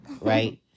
right